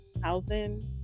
housing